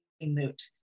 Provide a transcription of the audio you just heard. moot